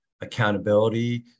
accountability